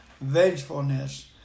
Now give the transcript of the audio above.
vengefulness